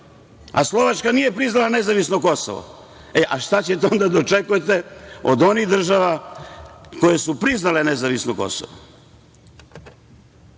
a Slovačka nije priznala nezavisno Kosovo. Šta ćete onda da očekujete od onih država koje su priznale nezavisno Kosovo?